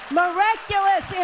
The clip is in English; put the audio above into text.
miraculous